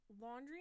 laundry